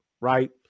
right